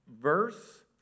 verse